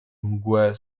mgłę